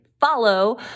Follow